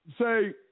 say